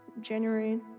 January